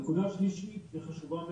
נקודה שלישית וחשובה מאוד,